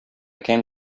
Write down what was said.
came